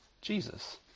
Jesus